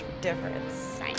difference